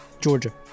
Georgia